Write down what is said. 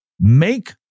make